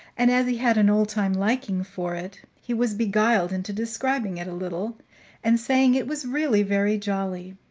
and, as he had an old-time liking for it, he was beguiled into describing it a little and saying it was really very jolly.